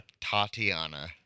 Tatiana